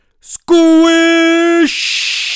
squish